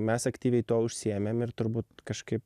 mes aktyviai to užsiėmėm ir turbūt kažkaip